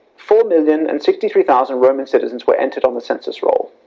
four million and sixty three thousand roman citizens were entered on the census role.